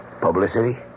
Publicity